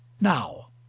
now